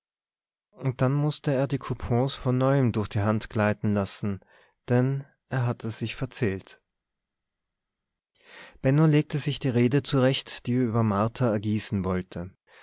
und dann mußte er die coupons von neuem durch die hand gleiten lassen denn er hatte sich verzählt benno legte sich die rede zurecht die er über martha ergießen wollte